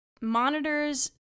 monitors